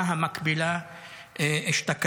התקופה המקבילה אשתקד.